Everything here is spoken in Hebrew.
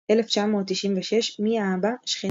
1996 – מי האבא?, שכנה